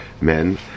men